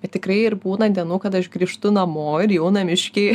bet tikrai ir būna dienų kad aš grįžtu namo ir jau namiškiai